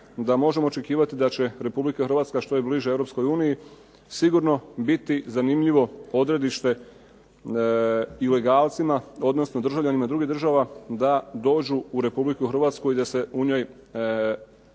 da možemo očekivati da će RH što je bliže EU sigurno biti zanimljivo odredište ilegalcima, odnosno državljanima drugih država da dođu u RH i da se u njoj